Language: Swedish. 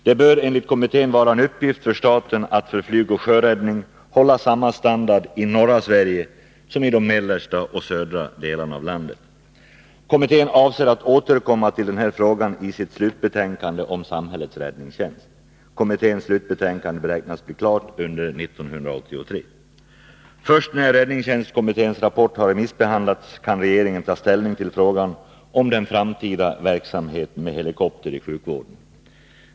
Det bör enligt kommittén vara en uppgift för staten att för flygoch sjöräddning hålla samma standard i norra Sverige som i de mellersta och södra delarna av landet. Kommittén avser att återkomma till denna fråga i sitt slutbetänkande om samhällets räddningstjänst. Kommitténs slutbetänkande beräknas bli klart under 1983. Först när räddningstjänstkommitténs rapport har remissbehandlats kan regeringen ta ställning till frågan om den framtida verksamheten med helikopter i sjukvården.